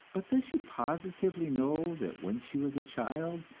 but does she positively know that when she was a child,